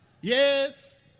Yes